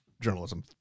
journalism